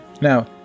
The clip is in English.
Now